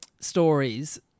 stories